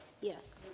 Yes